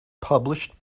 published